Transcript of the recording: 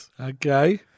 Okay